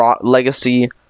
legacy